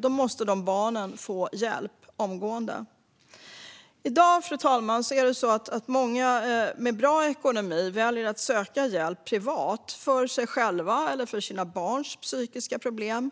Dessa barn måste omgående få hjälp. Fru talman! I dag väljer många med bra ekonomi att söka privat hjälp för sig själva eller för sina barns psykiska problem.